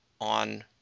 on